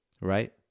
right